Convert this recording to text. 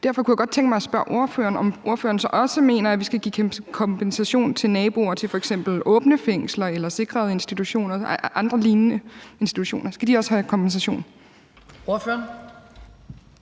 Derfor kunne jeg godt tænke mig at spørge ordføreren, om ordføreren så også mener, at vi skal give kompensation til naboer til f.eks. åbne fængsler eller sikrede institutioner eller andre lignende institutioner. Skal de også have kompensation? Kl.